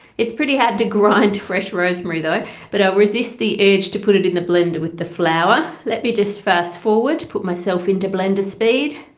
it's pretty hard to grind fresh rosemary though but i'll resist the urge to put it in the blender with the flower. let me just fast forward! put myself into blender speed?